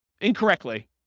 incorrectly